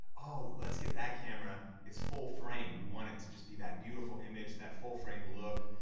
oh let's get that camera, it's full-frame. we want it to just be that beautiful image, that full-frame look,